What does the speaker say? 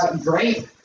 Great